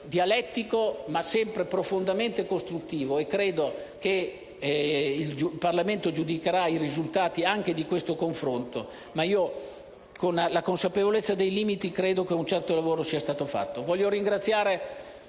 dialettico, ma sempre profondamente costruttivo. Credo che il Parlamento giudicherà i risultati di questo confronto ma, con la consapevolezza dei limiti, credo che un certo lavoro sia stato svolto. Voglio ringraziare